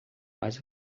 mas